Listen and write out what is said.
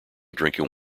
drinking